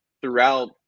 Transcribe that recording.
throughout –